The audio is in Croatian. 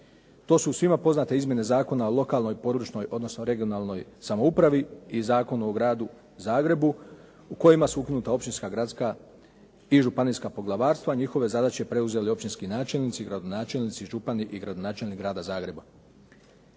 To su svima poznate izmjene zakona o lokalnoj, područnoj, odnosno regionalnoj samoupravi i Zakonu o Gradu Zagrebu u kojima su ukinuta općinska, gradska i županijska poglavarstva, a njihove zadaće preuzeli općinski načelnici, gradonačelnici, župani i gradonačelnik Grada Zagreba.